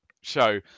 show